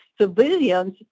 civilians